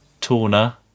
Torna